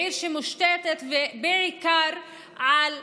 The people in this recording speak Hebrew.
עיר שמושתתת בעיקר על תיירות.